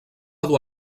dur